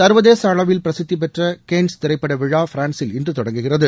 சர்வதேச அளவில் பிரசித்தி பெற்ற கேன்ஸ் திரைப்பட விழா பிரான்சில் இன்று தொடங்குகிறது